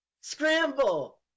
Scramble